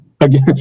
again